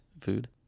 food